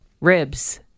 Ribs